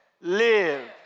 live